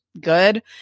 good